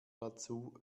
dazu